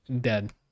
dead